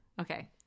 Okay